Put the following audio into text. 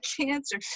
cancer